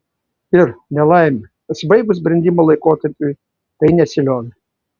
ir nelaimė pasibaigus brendimo laikotarpiui tai nesiliovė